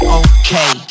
okay